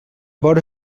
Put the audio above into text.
vora